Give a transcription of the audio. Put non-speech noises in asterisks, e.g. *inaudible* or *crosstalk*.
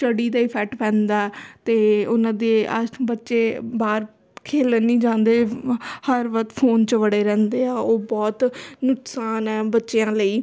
study 'ਤੇ effect ਪੈਂਦਾ ਅਤੇ ਉਹਨਾਂ ਦੇ *unintelligible* ਬੱਚੇ ਬਾਹਰ ਖੇਡਣ ਨਹੀਂ ਜਾਂਦੇ ਹਰ ਵਕਤ ਫੋਨ 'ਚ ਵੜੇ ਰਹਿੰਦੇ ਆ ਉਹ ਬਹੁਤ ਨੁਕਸਾਨ ਹੈ ਬੱਚਿਆਂ ਲਈ